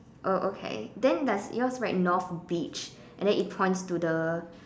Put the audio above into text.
oh okay then does yours write North beach and then it points to the